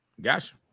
Gotcha